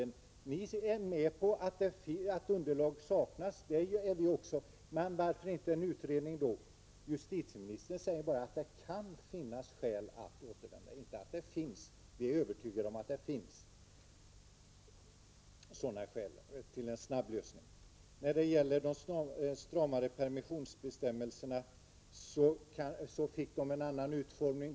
Ni håller med om att tillräckligt underlag saknas, men varför då inte göra en utredning? Justitieministern säger bara att det kan finnas skäl, inte att det finns skäl. Jag är övertygad om att det finns skäl till att snabbt lösa frågan. När det gäller de stramare permissionsbestämmelserna fick de en annan utformning.